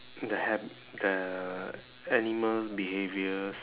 the hab~ the animal behaviours